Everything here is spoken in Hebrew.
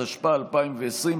התשפ"א 2020,